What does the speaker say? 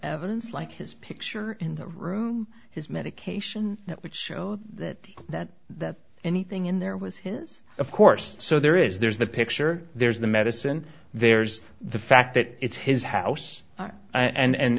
evidence like his picture in the room his medication that which show that that that anything in there was his of course so there is there's the picture there's the medicine there's the fact that it's his house